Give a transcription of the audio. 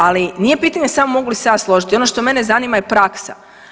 Ali nije pitanje samo mogu li se ja složiti ono što mene zanima je praksa.